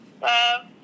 Love